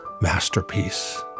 masterpiece